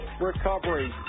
recovery